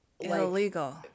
illegal